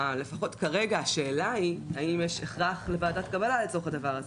לפחות כרגע השאלה היא האם יש הכרח בוועדת קבלה לצורך הדבר הזה?